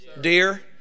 dear